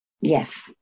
Yes